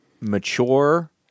mature